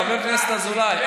חבר הכנסת אזולאי,